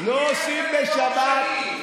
עושים בשר על האש.